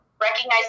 recognizing